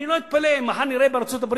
אני לא אתפלא אם מחר נראה בארצות-הברית